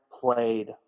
played